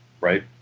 right